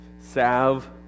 salve